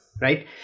right